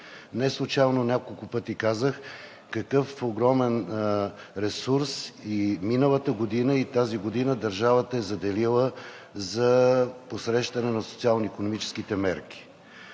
Неслучайно няколко пъти казах какъв огромен ресурс и миналата година, и тази година, държавата е заделила за посрещане на социално-икономическите мерки.